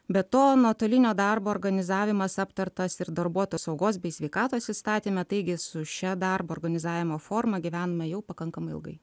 be to nuotolinio darbo organizavimas aptartas ir darbuotojų saugos bei sveikatos įstatyme taigi su šia darbo organizavimo formą gyvename jau pakankamai ilgai